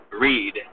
read